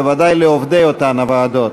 ובוודאי לעובדי אותן הוועדות,